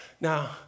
Now